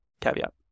caveat